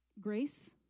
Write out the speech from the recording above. grace